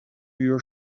your